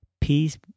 Peace